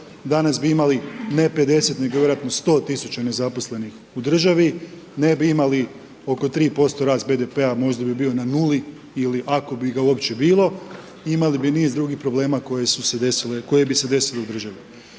danas bi imali ne 50, nego vjerojatno 100 tisuća nezaposlenih u državi, ne bi imali oko 3% rast BDP-a možda bi bio na nuli ili ako bi ga uopće bilo i imali bi niz drugih problema koje su se desile, koje